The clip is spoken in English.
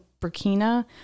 Burkina